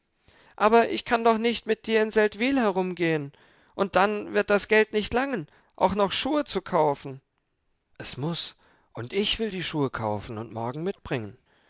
aber ich kann doch nicht mit dir in seldwyl herumgehen und dann wird das geld nicht langen auch noch schuhe zu kaufen es muß und ich will die schuhe kaufen und morgen mitbringen